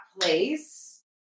place